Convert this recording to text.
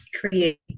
create